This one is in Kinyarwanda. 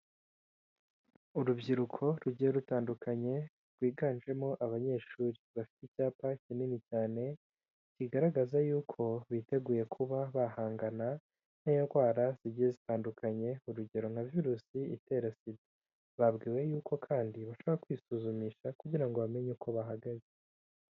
Urubyiruko rugiye rutandukanye rwiganjemo abanyeshuri, bafite icyapa kinini cyane kigaragaza y'uko biteguye kuba bahangana n'indwara zigiye zitandukanye, urugero nka virusi itera SIDA, babwiwe yuko kandi bashobora kwisuzumisha kugira ngo bamenye uko bahagaze.